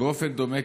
"באופן דומה,